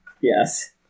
Yes